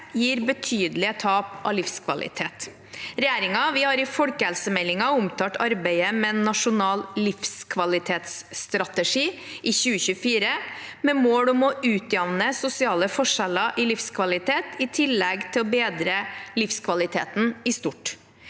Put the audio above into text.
gir betydelig tap av livskvalitet. Regjeringen har i Folkehelsemeldingen omtalt arbeidet med en nasjonal livskvalitetsstrategi i 2024, med mål om å utjevne sosiale forskjeller i livskvalitet i tillegg til å bedre livskvaliteten i stort.